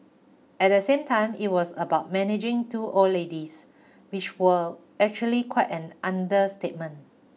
at the same time it was about managing two old ladies which was actually quite an understatement